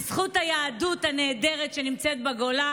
בזכות היהדות הנהדרת שנמצאת בגולה